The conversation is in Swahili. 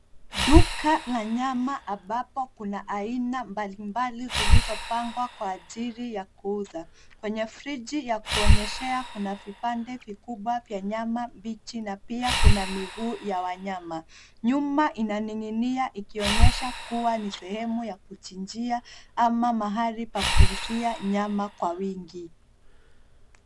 Duka la nyama ambapo kuna aina mbalimbali zilzopangwa kwa ajili ya kuuzwa, kwenye friji ya kuonyeshea kuna vipande vikubwa vya nyama mbichi na pia kuna miguu ya wanyama. Nyuma ina ninginia ikionyesha kuwa ni sehemu ya kuchinjia au ni mahali pa kuuzia nyama kwa wingi.